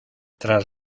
tras